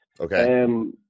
Okay